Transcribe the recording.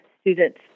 students